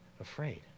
afraid